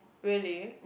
really